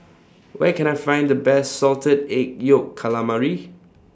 Where Can I Find The Best Salted Egg Yolk Calamari